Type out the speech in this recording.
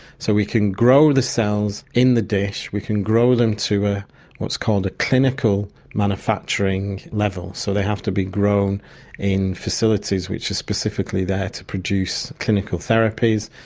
so we can grow the cells in the dish, we can grow them to ah what's called a clinical manufacturing level. so they have to be grown in facilities which are specifically there to produce clinical therapies,